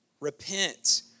Repent